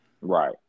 Right